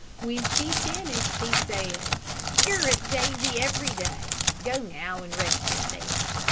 when she finished he said, you're a daisy every day. go now and rest yourself.